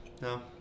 No